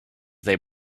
they